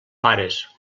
pares